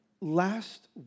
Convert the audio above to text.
Last